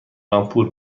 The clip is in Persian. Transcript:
لامپور